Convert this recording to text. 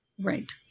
Right